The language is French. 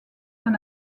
d’un